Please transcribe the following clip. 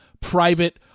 private